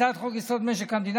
הצעת חוק-יסוד: משק המדינה,